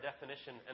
definition